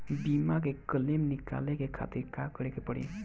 बीमा के क्लेम निकाले के खातिर का करे के पड़ी?